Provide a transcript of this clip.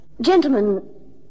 Gentlemen